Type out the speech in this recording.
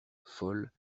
folle